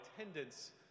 attendance